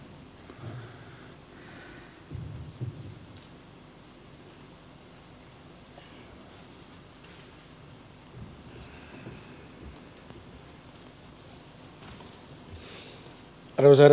arvoisa herra puhemies